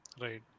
Right